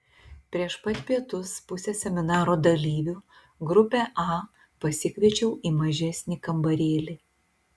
prieš pat pietus pusę seminaro dalyvių grupę a pasikviečiau į mažesnį kambarėlį